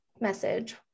message